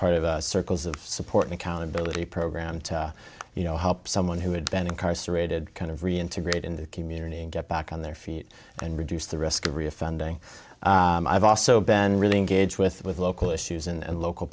part of the circles of support and accountability program you know help someone who had been incarcerated kind of reintegrate in the community and get back on their feet and reduce the risk of reoffending i've also been really engaged with local issues and local